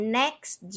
next